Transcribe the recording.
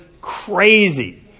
crazy